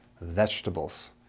vegetables